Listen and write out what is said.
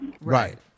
Right